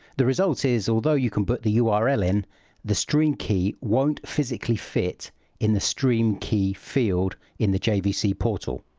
the result is although you can put the ah url in the stream key won't physically fit in the stream key field in the jvc portal.